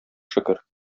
шөкер